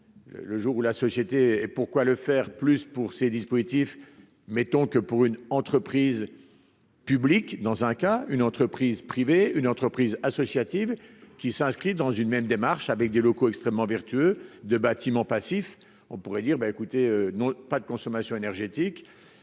le jour où la société et pourquoi le faire plus pour ces dispositifs, mettons que pour une entreprise publique, dans un cas, une entreprise privée, une entreprise associative qui s'inscrit dans une même démarche avec des locaux extrêmement vertueux de bâtiments passifs, on pourrait dire : bah, écoutez, non pas de consommation énergétique en